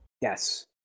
Yes